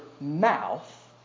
mouth